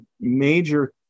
major